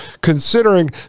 considering